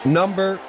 number